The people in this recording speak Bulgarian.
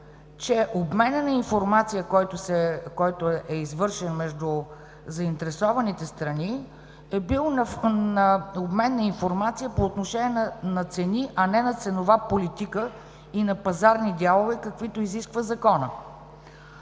че обменът на информация, извършен между заинтересованите страни, е бил по отношение на цени, а не на ценова политика и на пазарни дялове, каквито изисква законът.